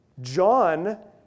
John